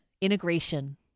integration